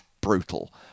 brutal